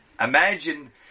Imagine